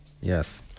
Yes